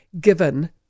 given